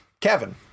Kevin